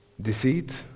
Deceit